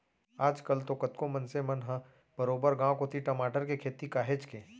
आज कल तो कतको मनसे मन ह बरोबर गांव कोती टमाटर के खेती काहेच के